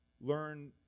learn